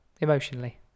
emotionally